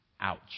Ouch